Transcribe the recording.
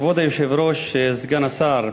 כבוד היושב-ראש, סגן השר,